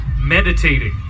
meditating